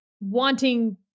wanting